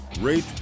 rate